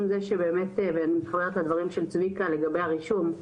אני מתחברת לדברים של צביקה לגבי הרישום: